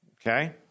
Okay